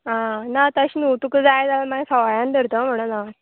आं ना तशें न्हू तुका जाय जाल्या मागीर सवायान धरता म्हणोन हांव